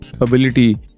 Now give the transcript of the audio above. ability